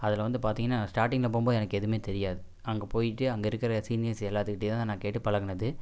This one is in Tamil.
அதில் வந்து பார்த்திங்கன்னா ஸ்டாட்டிங்கில் போகும்போது எனக்கு எதுவுமே தெரியாது அங்கே போய்ட்டு அங்கே இருக்கிற சீனியர்ஸ் எல்லாத்துக்கிட்டேயும் தான் நான் கேட்டு பழகினது